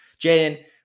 Jaden